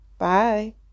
Bye